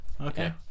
Okay